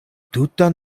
tuta